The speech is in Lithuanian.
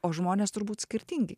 o žmonės turbūt skirtingi